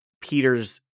Peter's